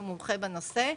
שהוא מומחה בנושא.